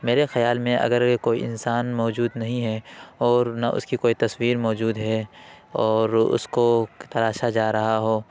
میرے خیال میں اگر کوئی انسان موجود نہیں ہے اور نہ اس کی کوئی تصویر موجود ہے اور اس کو تراشا جا رہا ہو